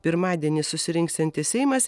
pirmadienį susirinksiantis seimas